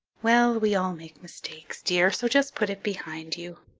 well, we all make mistakes, dear, so just put it behind you.